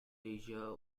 asia